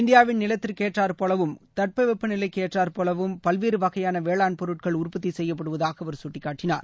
இந்தியாவின் நிலத்திற்கேற்றாற் போலவும் காலதட்பவெட்பநிலைபோலவும் பல்வேறுவகையானவேளாண் பொருட்கள் உற்பத்தி செய்யப்படுவதாகஅவர் சுட்டிக்காட்டினார்